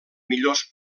millors